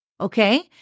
okay